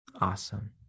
Awesome